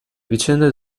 vicende